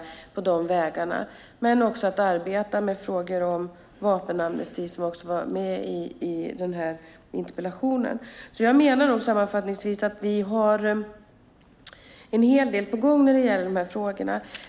Men det är också viktigt att arbeta med frågor om vapenamnesti, som fanns med i interpellationen. Sammanfattningsvis menar jag att vi har en hel del på gång när det gäller de här frågorna.